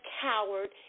coward